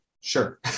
Sure